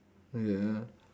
okay uh